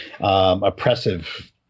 Oppressive